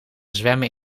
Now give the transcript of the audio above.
zwemmen